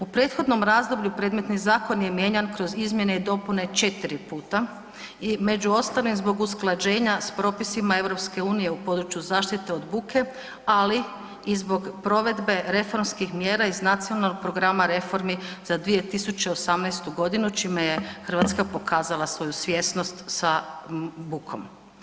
U prethodnom razdoblju predmetni zakon je mijenjan kroz izmjene i dopune četiri puta i među ostalim zbog usklađenja s propisima EU u području zaštite od buke, ali i zbog provedbe iz reformskih mjera iz Nacionalnog programa reformi za 2018. godinu čime je Hrvatska pokazala svoju svjesnost sa bukom.